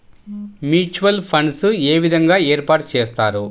Mutual funds ఏ విధంగా ఏర్పాటు చేస్తారు?